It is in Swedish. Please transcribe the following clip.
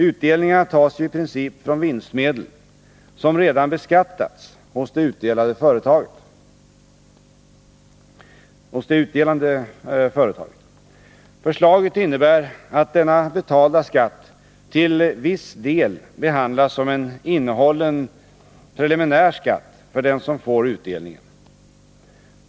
Utdelningarna tas ju i princip från vinstmedel som redan beskattats hos det utdelande bolaget. Förslaget innebär att denna betalda skatt till viss del behandlas som en innehållen preliminär skatt för den som får utdelningen.